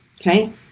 Okay